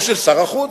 או של שר החוץ,